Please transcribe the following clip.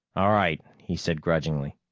all right, he said grudgingly.